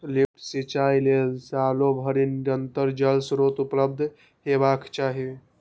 lift सिंचाइ लेल सालो भरि निरंतर जल स्रोत उपलब्ध हेबाक चाही